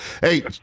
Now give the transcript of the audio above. hey